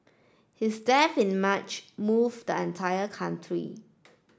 his death in March moved the entire country